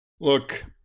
Look